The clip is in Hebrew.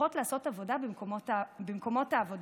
צריכות לעשות עבודה במקומות העבודה,